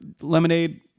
lemonade